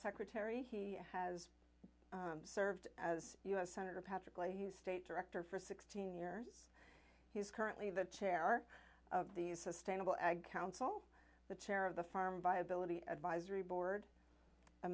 secretary he has served as u s senator patrick leahy state director for sixteen years he's currently the chair of these sustainable ag council the chair of the farm viability advisory board a